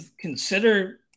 consider